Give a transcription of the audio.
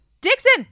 Dixon